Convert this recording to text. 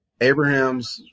abraham's